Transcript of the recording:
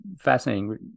fascinating